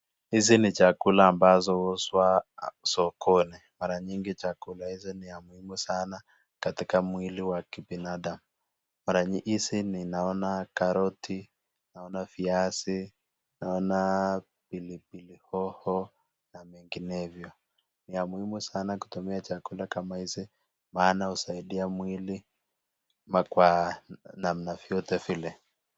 Hizi ni chakula ambazo . Mara nyingi chakula hizi ni za maana sana . Hizi naona karoti, naona viszi , naona hoohoo na vinginevyo. Ya muhimu sana kutumia chakula kama hizi maana usaidia mwili kwa namba vyote vile .